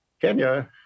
Kenya